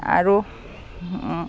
আৰু